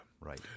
Right